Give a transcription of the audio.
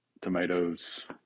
tomatoes